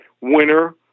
winner